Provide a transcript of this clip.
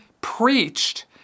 preached